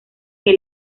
que